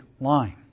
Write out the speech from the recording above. line